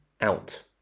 out